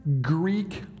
Greek